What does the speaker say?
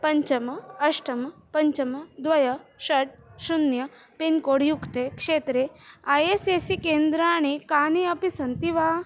पञ्च अष्ट पञ्च द्वे षट् शून्यं पिन्कोड् युक्ते क्षेत्रे ऐ एस् ए सी केन्द्राणि कानि अपि सन्ति वा